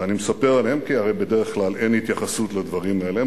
ואני מספר עליהם כי הרי בדרך כלל אין התייחסות לדברים האלה.